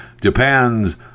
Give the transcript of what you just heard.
Japan's